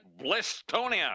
Blistonia